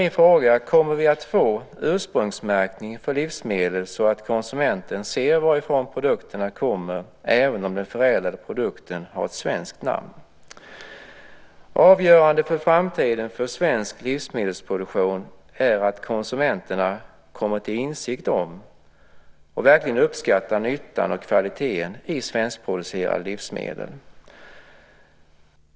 Min fråga är: Kommer vi att få ursprungsmärkning för livsmedel så att konsumenten ser varifrån produkterna kommer även om den förädlade produkten har svenskt namn? Avgörande för framtiden för svensk livsmedelsproduktion är att konsumenterna kommer till insikt om och verkligen uppskattar nyttan av och kvaliteten i svenskproducerade livsmedel.